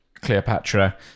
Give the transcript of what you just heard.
Cleopatra